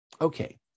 Okay